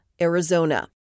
Arizona